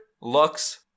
looks